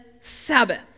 Sabbath